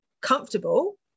comfortable